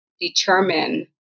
determine